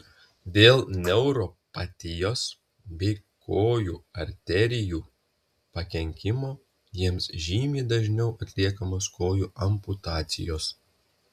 dėl neuropatijos bei kojų arterijų pakenkimo jiems žymiai dažniau atliekamos kojų amputacijos